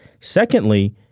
Secondly